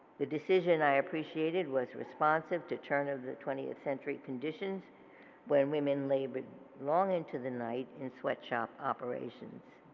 the decision, i appreciated was responsive to turn of the twentieth century conditions where women labored long into the night in sweat shop operations,